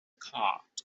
cart